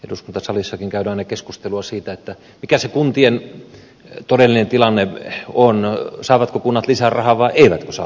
eduskuntasalissakin käydään aina keskustelua siitä mikä se kuntien todellinen tilanne on saavatko kunnat lisää rahaa vai eivätkö saa lisää rahaa